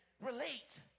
relate